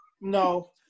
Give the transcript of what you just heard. No